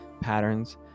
patterns